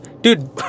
dude